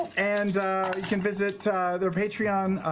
and can visit their patreon,